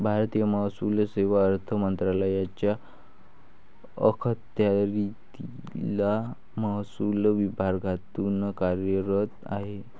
भारतीय महसूल सेवा अर्थ मंत्रालयाच्या अखत्यारीतील महसूल विभागांतर्गत कार्यरत आहे